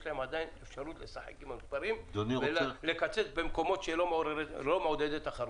עדיין יש להם אפשרות לשחק עם המספרים ולקצץ במקומות שלא מעודדי תחרות.